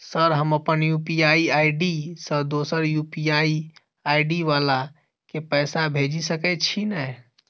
Sir हम अप्पन UPI ID सँ दोसर यु.पी.आई आई.डी वला केँ पैसा भेजि सकै छी नै?